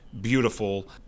beautiful